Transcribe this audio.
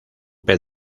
pez